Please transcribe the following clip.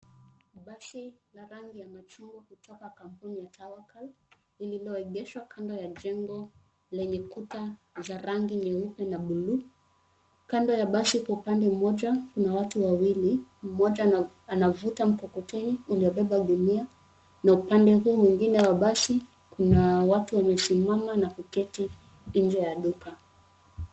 Basi la rangi ya machungwa kutoka kampuni ya Tawakal lililogeshwa kando ya jengo lenye kuta za rangi nyeupe na bluu. Kando ya basi kwa upande mmoja kuna watu wawili, mmoja anavuta mkokoteni uliobeba gunia na upande huu mwingine wa basi kuna watu wamesimama na kuketi nje ya duka.